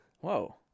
Whoa